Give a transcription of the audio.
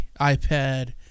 ipad